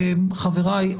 חבריי,